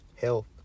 Health